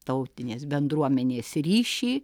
tautinės bendruomenės ryšį